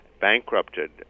bankrupted